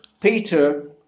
Peter